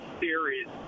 series